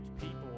people